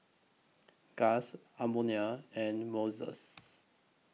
Gust Edmonia and Moses